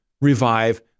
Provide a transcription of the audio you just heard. revive